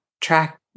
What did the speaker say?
track